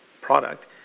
product